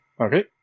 Okay